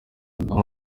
madamu